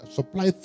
supply